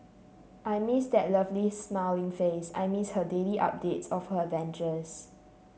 I miss that lovely smiling face I miss her daily updates of her adventures